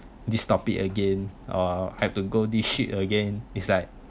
this topic again or I have to go this shit again it's like